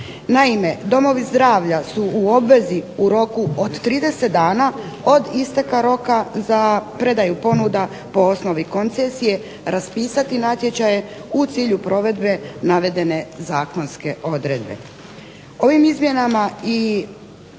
Naime, domovi zdravlja su u obvezi u roku od 30 dana od isteka roka za predaju ponuda po osnovi koncesije raspisati natječaje u cilju provedbe navedene zakonske odredbe.